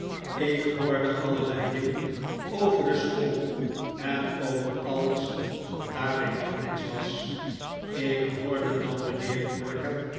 ik hoorde allerlei dingen over de school en over alles wat daarmee annex was ik hoorde dat mijnheer